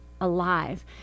alive